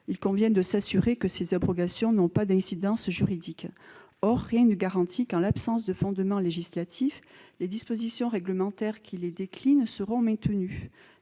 il convient de s'assurer que ces abrogations n'ont pas d'incidence juridique. Or rien ne garantit que, en l'absence de fondement législatif, les dispositions réglementaires qui déclinent ces dispositions